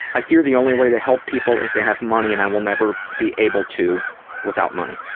i fear the only way to help people is to have money and i will never be able to without money.